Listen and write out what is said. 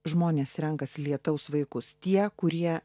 žmonės renkasi lietaus vaikus tie kurie